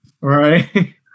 Right